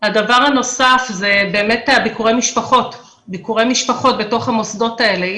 הדבר הנוסף זה ביקורי משפחות בתוך המוסדות האלה.